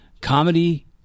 comedy